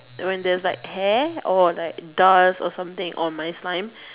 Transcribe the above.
when there's like hair or like dust or something on my slime